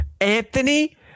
Anthony